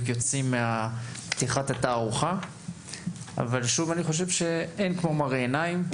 יוצאים מפתיחת התערוכה - אבל אני חושב שאין כמו מראה עיניים.